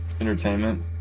Entertainment